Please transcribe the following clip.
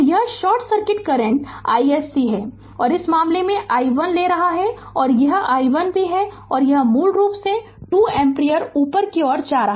तो यह short circuit current iSC है और इस मामले में i1 ले रहा है और यह i1 भी है यह मूल रूप से 2 एम्पीयर ऊपर की ओर जा रहा है